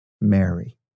Mary